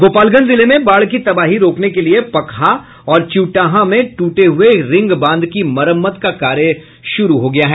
गोपालगंज जिले में बाढ़ की तबाही रोकने के लिये पकहां और चिउटाहां में टूटे हुये रिंगबांध की मरम्मत का कार्य शुरू हो गया है